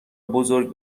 بزرگ